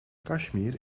kashmir